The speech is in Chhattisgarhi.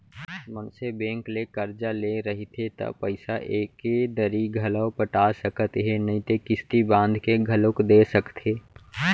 मनसे बेंक ले करजा ले रहिथे त पइसा एके दरी घलौ पटा सकत हे नइते किस्ती बांध के घलोक दे सकथे